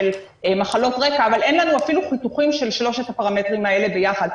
של מחלות רקע אבל אין לנו אפילו חיתוכים של שלושת הפרמטרים האלה ביחד,